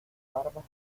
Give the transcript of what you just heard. barbas